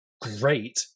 great